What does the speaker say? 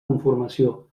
conformació